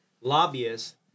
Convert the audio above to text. lobbyists